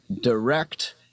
direct